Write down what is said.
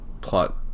plot